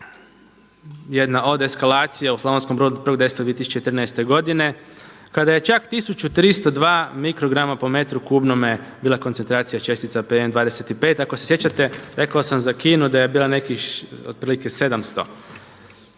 jedna od eskalacija u Slavonskom Brodu 1.10.2014. godine kada je čak 1302 mikrograma po metru kubnome bila koncentracija čestica PM25. Ako se sjećate rekao sam za Kinu da je bila nekih otprilike 700,